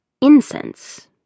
incense